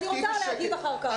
אז אני רוצה להגיב אחר-כך.